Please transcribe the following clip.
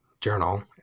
journal